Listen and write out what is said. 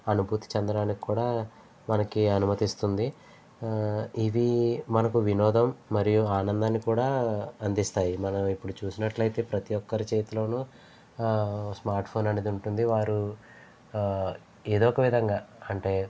అనుభూతి చెందడానికి కూడా మనకి అనుమతిస్తుంది ఇవి మనకు వినోదం మరియు ఆనందాన్ని కూడా అందిస్తాయి మనం ఇప్పుడు చూసినట్లయితే ప్రతి ఒక్కరి చేతిలోనూ స్మార్ట్ ఫోన్ అనేది ఉంటుంది వారు ఎదో ఒక విధంగా అంటే